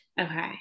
okay